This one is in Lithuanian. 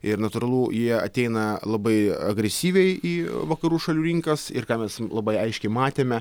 ir natūralu jie ateina labai agresyviai į vakarų šalių rinkas ir ką mes labai aiškiai matėme